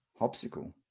Hopsicle